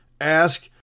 Ask